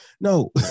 No